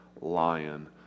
lion